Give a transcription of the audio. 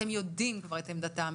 אתם יודעים כבר את עמדתם,